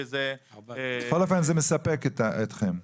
בכל אופן זה מספק אתכם?